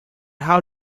how